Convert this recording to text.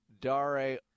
Dare